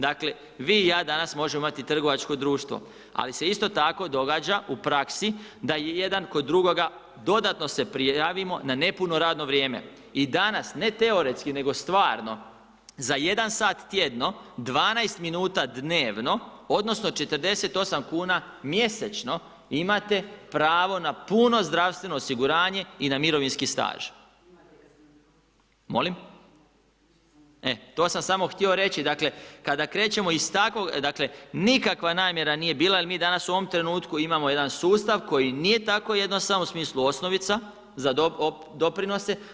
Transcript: Dakle, vi i ja danas možemo imati trgovačko društvo ali se isto tako događa u praksi da je jedan kod drugoga dodatno se prijavimo na nepuno radno vrijeme i danas ne teoretski nego stvarno za jedan sat tjedno, 12 minuta dnevno odnosno 48 kuna mjesečno, imate pravo na puno zdravstveno osiguranje i na mirovinski staž. … [[Upadica sa strane, ne razumije se.]] Molim? … [[Upadica sa strane, ne razumije se.]] E, to sam samo htio reći, dakle, kada krećemo iz takvog, dakle nikakva namjera nije bila jer mi danas u ovom trenutku imamo jedan sustav koji nije tako jednostavan u smislu osnovica za doprinose.